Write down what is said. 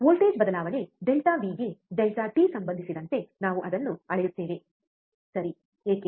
voltage ಬದಲಾವಣೆ Δವಿ∆V ಗೆ ΔಟಿΔt ಸಂಬಂಧಿಸಿದಂತೆ ನಾವು ಅದನ್ನು ಅಳೆಯುತ್ತೇವೆ ಸರಿ ಏಕೆ